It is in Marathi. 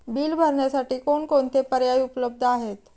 बिल भरण्यासाठी कोणकोणते पर्याय उपलब्ध आहेत?